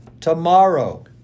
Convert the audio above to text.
tomorrow